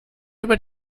über